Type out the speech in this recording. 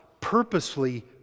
purposely